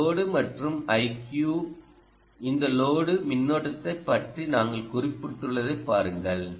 இந்த லோடு மற்றும் இந்த iQ இந்த லோடு மின்னோட்டத்தைப் பற்றி நாங்கள் குறிப்பிட்டுள்ளதைப் பாருங்கள்